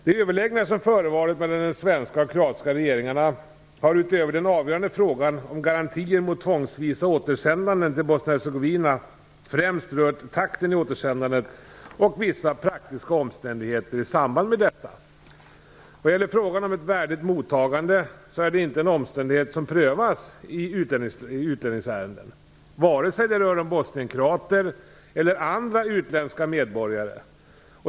De överläggningar som förevarit mellan de svenska och kroatiska regeringarna har, utöver den avgörande frågan om garantier mot tvångsvisa återsändanden till Bosnien-Hercegovina, främst rört takten i återsändandet och vissa praktiska omständigheter i samband med dessa. Vad gäller frågan om ett värdigt mottagande så är det inte en omständighet som prövas i utlänningsärenden, vare sig de rör bosnienkroater eller andra utländska medborgare.